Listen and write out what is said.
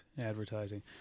advertising